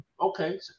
okay